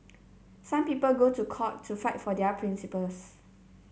some people go to court to fight for their principles